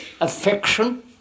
affection